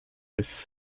was